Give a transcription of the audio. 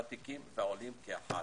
ותיקים ועולים יחד,